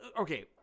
Okay